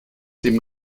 dem